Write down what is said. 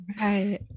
right